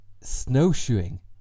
snowshoeing